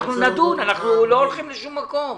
אנחנו נדון, אנחנו לא הולכים לשום מקום.